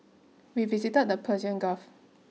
we visited the Persian Gulf